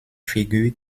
figure